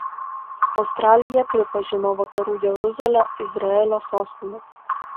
australija pripažino vakarų jeruzalę izraelio sostine